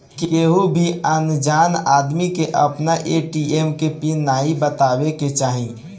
केहू भी अनजान आदमी के आपन ए.टी.एम के पिन नाइ बतावे के चाही